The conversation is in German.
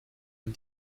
und